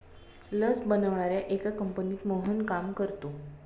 लस बनवणाऱ्या एका कंपनीत मोहन काम करतो